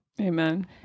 Amen